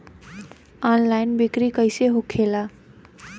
Online बिक्री कैसे होखेला?